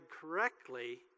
correctly